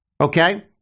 okay